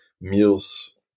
meals